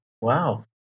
Wow